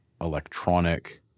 electronic